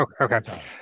Okay